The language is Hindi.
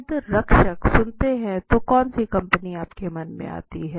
शब्द रक्षक सुनते हैं तो कौन सी कंपनी आपके मन में आती है